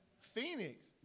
Phoenix